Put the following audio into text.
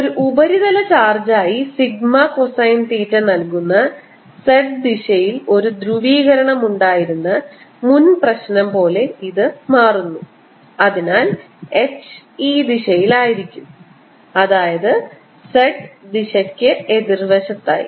ഒരു ഉപരിതല ചാർജായി സിഗ്മ കോസിൻ തീറ്റ നൽകുന്ന z ദിശയിൽ ഒരു ധ്രുവീകരണം ഉണ്ടായിരുന്ന മുൻ പ്രശ്നം പോലെ ഇത് മാറുന്നു അതിനാൽ H ഈ ദിശയിലായിരിക്കും അതായത് z ദിശയ്ക്ക് എതിർവശത്തായി